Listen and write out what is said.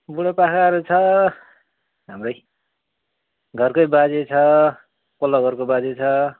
बुढो पाकाहरू छ हाम्रै घरकै बाजे छ पल्लो घरको बाजे छ